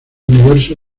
universo